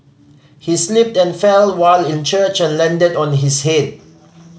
he slipped and fell while in church and landed on his head